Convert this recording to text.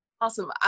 Awesome